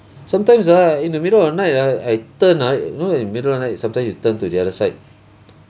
sometimes ah in the middle of the night ah I turn ah you know in the middle of the night sometimes you turn to the other side